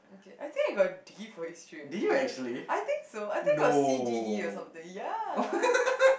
I think I got a D for history I think I don't I think so I think I got C D E or something ya